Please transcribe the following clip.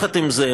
עם זאת,